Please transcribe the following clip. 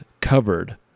covered